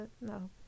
no